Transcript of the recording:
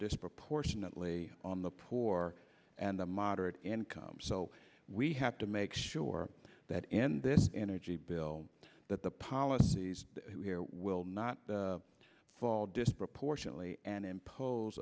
disproportionately on the poor and the moderate income so we have to make sure that in this energy bill that the policies will not fall disproportionately and impose